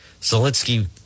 Zelensky